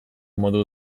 modu